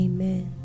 Amen